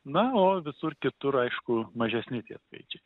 na o visur kitur aišku mažesni tie skaičiai